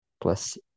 plus